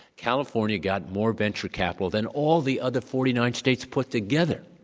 california got more venture capital than all the other forty nine states put together,